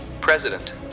President